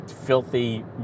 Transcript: filthy